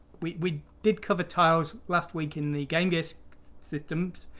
we we did cover tiles last week in the game game gear systems.